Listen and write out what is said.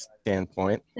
standpoint